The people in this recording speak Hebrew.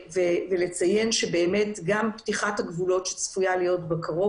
ולציין שגם פתיחת הגבולות שצפויה להיות בקרוב